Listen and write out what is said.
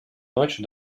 ночи